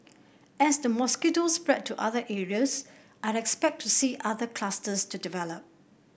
as the mosquitoes spread to other areas I expect to see other clusters to develop